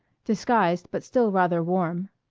disguised but still rather warm